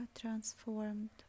transformed